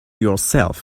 yourself